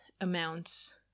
amounts